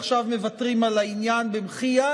עכשיו מוותרים על העניין במחי יד.